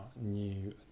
new